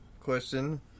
Question